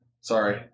sorry